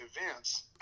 events